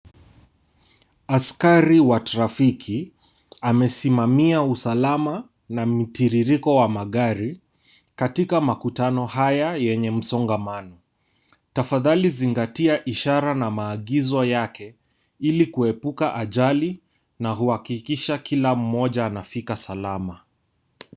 Askari wa trafiki amesimamia usalama na mtiririko wa magari katika makutano haya yenye msongamano. Tafadhali zingatia ishara na maagizo yake ili kuepuka ajali na kuhakikisha kila mmoja anafika salama.